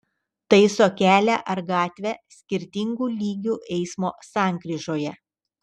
taiso kelią ar gatvę skirtingų lygių eismo sankryžoje